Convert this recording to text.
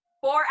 Four